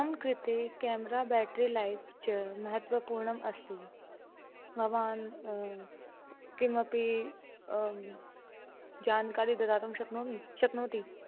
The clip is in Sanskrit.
मम् कृते केमेरा बेटरि लैफ् च महत्वपूर्णम् अस्ति भवान् किमपि जानकारि ददातुं शक्नोमि शक्नोति